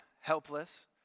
helpless